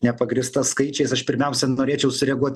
nepagrįsta skaičiais aš pirmiausia norėčiau sureaguot